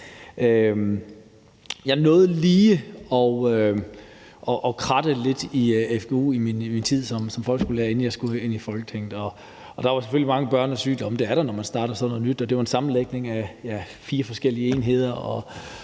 Jeg nåede lige at snuse lidt til fgu i min tid som folkeskolelærer, inden jeg skulle ind i Folketinget, og jeg vil sige, at der selvfølgelig er mange børnesygdomme. Det er der, når man starter sådan noget nyt. Det var en sammenlægning af fire forskellige enheder,